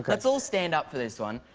let's all stand up for this one.